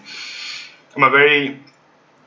I'm a very